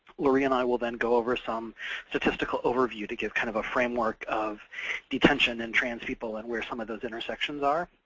loree and i will then go over some statistical overview, to give kind of a framework of detention and trans people and where some of those intersections are.